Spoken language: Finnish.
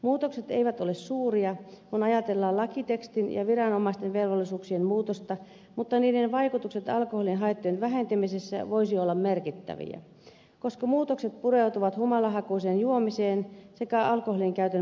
muutokset eivät ole suuria kun ajatellaan lakitekstin ja viranomaisten velvollisuuksien muutosta mutta niiden vaikutukset alkoholin haittojen vähentämisessä voisivat olla merkittäviä koska muutokset pureutuvat humalahakuiseen juomiseen sekä alkoholinkäytön mallioppimiseen